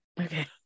Okay